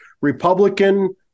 Republican